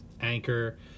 Anchor